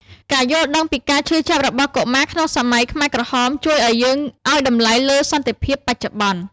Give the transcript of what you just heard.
ការយល់ដឹងពីការឈឺចាប់របស់កុមារក្នុងសម័យខ្មែរក្រហម ជួយឱ្យយើងឱ្យតម្លៃលើសន្តិភាពបច្ចុប្បន្ន។